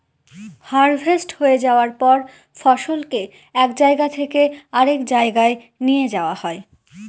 harvest হয়ে যায়ার পর ফসলকে এক জায়গা থেকে আরেক জাগায় নিয়ে যাওয়া হয়